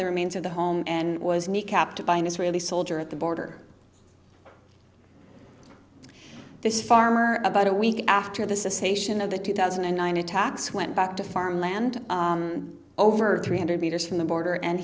the remains of the home and was kneecapped by an israeli soldier at the border this farmer about a week after the sation of the two thousand and nine attacks went back to farmland over three hundred metres from the border and